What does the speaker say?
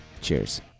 cheers